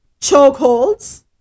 chokeholds